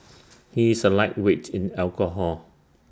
he is A lightweight in alcohol